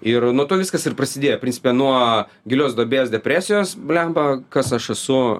ir nuo to viskas ir prasidėjo principe nuo gilios duobės depresijos blemba kas aš esu